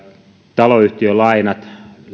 taloyhtiölainat